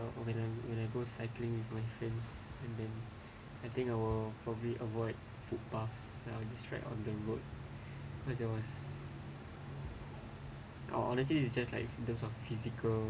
when I when I go cycling with my friends and then I think I will probably avoid footpaths distract on the road cause there was I will honestly is just like in terms of physical